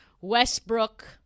Westbrook